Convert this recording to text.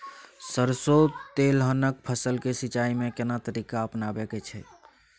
सरसो तेलहनक फसल के सिंचाई में केना तरीका अपनाबे के छै?